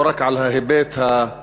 לא רק על ההיבט המסחרי,